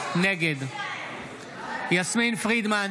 נגד יסמין פרידמן,